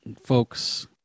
folks